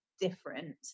different